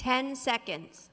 ten seconds